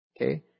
Okay